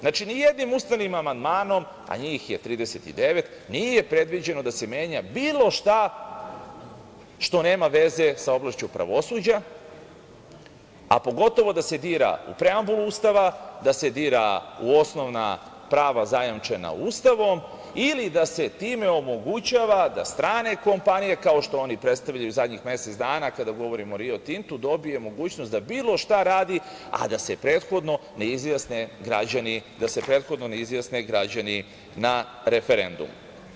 Znači, ni jednim ustavnim amandmanom, a njih je 39, nije previđeno da se menja bilo šta što nema veze sa oblašću pravosuđa, a pogotovo da se dira u preambulu Ustava, da se dira u osnovna prava zajamčena Ustavom ili da se time omogućava da strane kompanije, kao što oni predstavljaju zadnjih mesec dana kada govorimo o „Rio Tintu“, dobije mogućnost da bilo šta radi, a da se prethodno ne izjasne građani na referendumu.